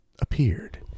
appeared